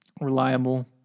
reliable